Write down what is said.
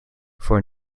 for